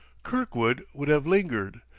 kirkwood would have lingered,